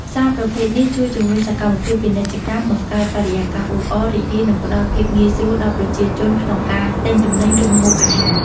ផ្សារប្រភេទនេះ ជួយជំរុញសកម្មភាពពាណិជ្ជកម្ម បង្កើតបរិយាកាសអ៊ូអរ រីករាយ និងផ្ដល់ភាពងាយស្រួលដល់ប្រជាជនក្នុងការទិញទំនិញ ឬម្ហូបអាហារ។